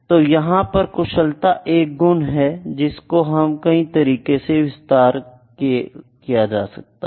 तो यहाँ पर कुशलता एक गुण है जिसको कई तरीको से विस्तार किया जा सकता है